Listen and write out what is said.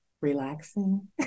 relaxing